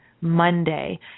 Monday